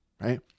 right